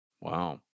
Wow